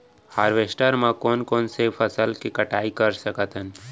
Harvester म कोन कोन से फसल के कटाई कर सकथन?